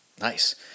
Nice